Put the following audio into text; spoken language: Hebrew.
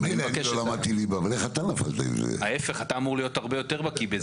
יתאפשר לשר הפנים, לפרסם, שוב,